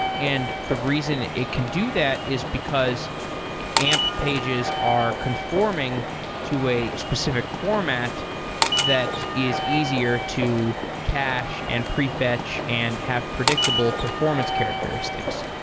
and the reason it can do that is because amp pages are conforming to a specific format that is easier to cache and pre-fetch and have predictable performance characteristics.